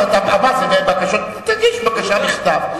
תגיש בקשה במכתב.